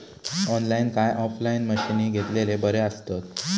Online काय offline मशीनी घेतलेले बरे आसतात?